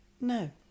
No